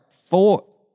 four